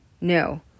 no